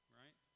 right